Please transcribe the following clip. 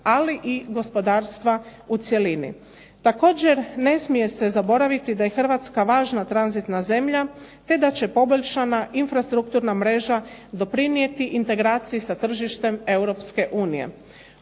ali i gospodarstva u cjelini. Također ne smije se zaboraviti da je Hrvatska važna tranzitna zemlja, te da će poboljšana infrastrukturna mreža doprinijeti integraciji sa tržištem